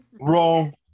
Wrong